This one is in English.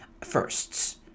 firsts